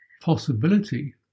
possibility